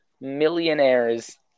millionaires